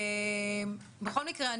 בכל מקרה,